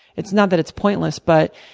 it's not that it's pointless, but,